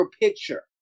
picture